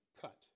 cut